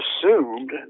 assumed